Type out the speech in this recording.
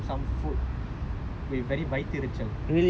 and then she was saying like someone gave my mum some food